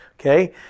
Okay